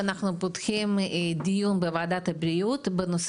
אנחנו פותחים את הדיון בוועדת הבריאות בנושא